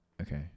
Okay